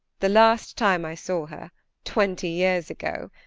the last time i saw her twenty years ago,